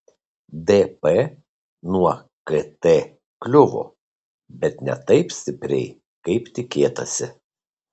dp nuo kt kliuvo bet ne taip stipriai kaip tikėtasi